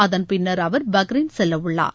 அதன் பின்னர் அவர் பஹ்ரைன் செல்ல உள்ளார்